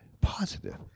positive